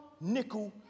nickel